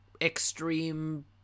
extreme